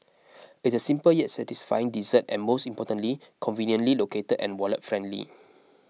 it's a simple yet satisfying dessert and most importantly conveniently located and wallet friendly